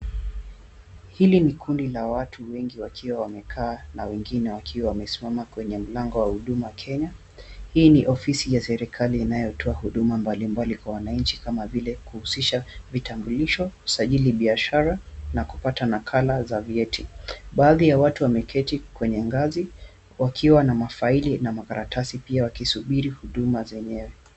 Hili ni kundi la watu wengi wakiwa wamekaa na wengine wakiwa wamesimama kwenye mlango wa huduma Kenya hii ni ofisi ya serikali inayotoa huduma mbalimbali kwa wananchi kama vile kuhusisha vitambulisho, usajili biashara na kupata nakala za vyeti. Baadhi ya watu wameketi kwenye ngazi wakiwa na mafaili na makaratasi pia wakisuburi huduma zenyewe.